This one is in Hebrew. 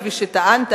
כפי שטענת,